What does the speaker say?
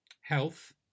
Health